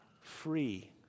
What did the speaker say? free